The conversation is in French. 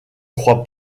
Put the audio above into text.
croit